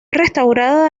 restaurada